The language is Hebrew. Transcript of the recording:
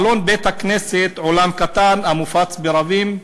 בעלון בית-הכנסת "עולם קטן", המופץ ברבים,